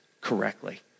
correctly